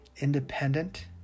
independent